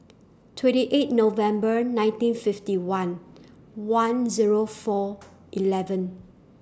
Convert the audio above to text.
twenty eight November nineteen fifty one one Zero four eleven